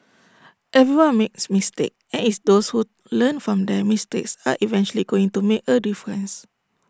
everyone makes mistakes and IT is those who learn from their mistakes are eventually going to make A difference